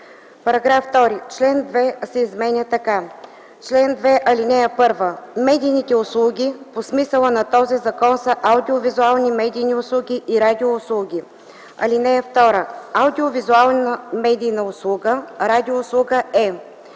§ 2: „§ 2. Член 2 се изменя така: „Чл. 2. (1) Медийни услуги по смисъла на този закон са аудио- визуални медийни услуги и радио услуги. (2) Аудио-визуална медийна услуга/радиоуслуга е: